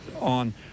on